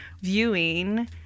viewing